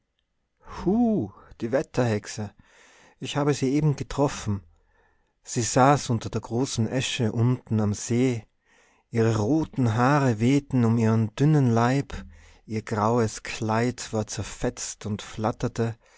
die wetterhexe ich habe sie eben getroffen sie saß unter der großen esche unten am see ihre roten haare wehten um ihren dünnen leib ihr graues kleid war zerfetzt und flatterte